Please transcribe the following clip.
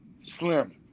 slim